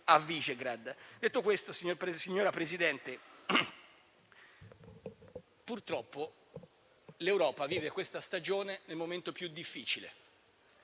a Visegrad. Detto questo, signora Presidente, purtroppo l'Europa vive questa stagione nel momento più difficile.